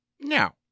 Now